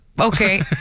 Okay